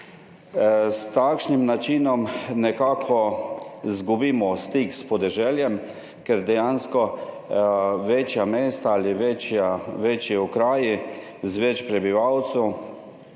S takšnim načinom nekako izgubimo stik s podeželjem, ker dejansko večja mesta ali večji okraji z več prebivalcev